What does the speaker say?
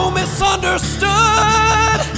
misunderstood